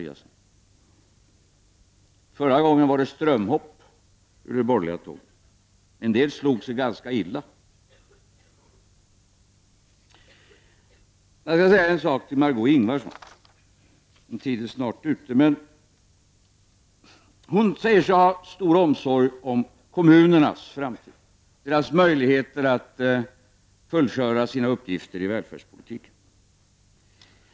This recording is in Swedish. Förra gången blev det strömhopp från det borgerliga tåget, och en del slog sig ganska illa. Jag vill säga en sak till Margö Ingvardsson. Hon säger sig ha stor omsorg om kommunernas framtid, deras möjligheter att fullgöra sina uppgifter i välfärdspolitiken.